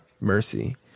mercy